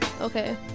Okay